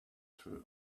through